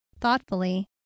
thoughtfully